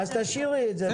אז תשאירי את זה,